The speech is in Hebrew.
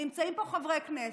נמצאים פה חברי כנסת,